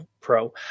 pro